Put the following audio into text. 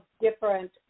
different